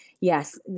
yes